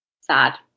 sad